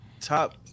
top